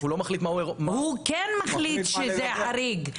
הוא כן מחליט שזה חריג,